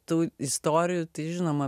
tų istorijų tai žinoma